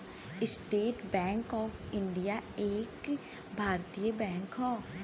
estate Bank of India एक भारतीय bank हौ